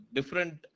Different